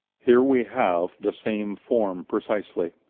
here we have the same form precisely.